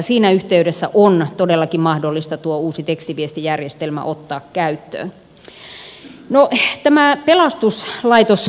siinä yhteydessä on todellakin mahdollista tuo uusi tekstiviestijärjestelmä ottaa käyttöön